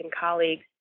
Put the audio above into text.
colleagues